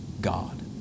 God